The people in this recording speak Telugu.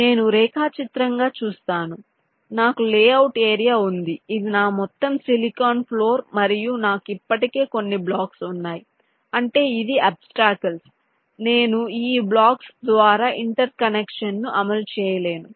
నేను రేఖాచిత్రంగా చూస్థాను నాకు లేఅవుట్ ఏరియా ఉంది ఇది నా మొత్తం సిలికాన్ ఫ్లోర్ మరియు నాకు ఇప్పటికే కొన్ని బ్లాక్స్ ఉన్నాయి అంటే ఇది అబ్స్టాకిల్స్ నేను ఈ బ్లాక్స్ ద్వారా ఇంటర్ కనెక్షన్ను అమలు చేయలేను